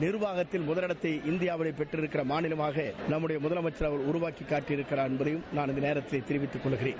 நிர்வாகத்தில் முதலிடத்தை இந்தியாவில் பெற்றிருக்கின்ற மாநிலமாக நம்முடைய முதலமைச்சர் அவர்கள் உருவாக்கித் காட்டிருக்கிறார்கள் என்பதையும் நான் இந்த நோத்திலே தெரிவித்துக் கொள்கிறேன்